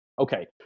okay